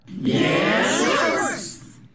Yes